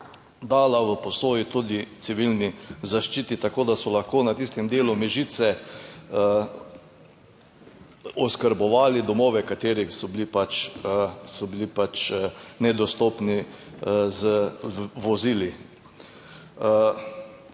dala v posodi tudi civilni zaščiti, tako da so lahko na tistem delu Mežice oskrbovali domove, kateri so bili pač, so bili pač nedostopni z vozili.